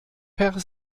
per